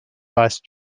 vice